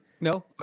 No